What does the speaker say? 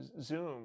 Zoom